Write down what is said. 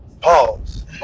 Pause